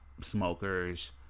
smokers